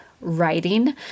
writing